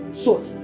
short